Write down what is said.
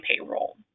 payroll